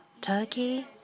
Turkey